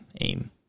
aim